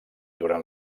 durant